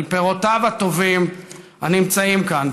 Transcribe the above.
אל פירותיו הטובים הנמצאים כאן,